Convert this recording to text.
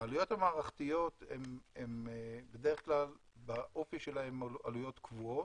העלויות המערכתיות הן בדרך כלל באופי שלהן עלויות קבועות,